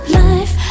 life